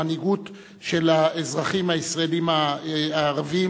המנהיגות של האזרחים הישראלים הערבים,